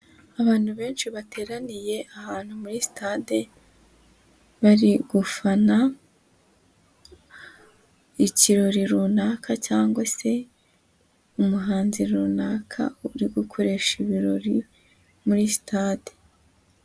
Abantu benshi bateraniye ahantu muri sitade, bari gufana ikirori runaka cyangwa se umuhanzi runaka uri gukoresha ibirori muri sitade.